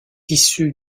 issue